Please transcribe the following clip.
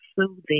soothing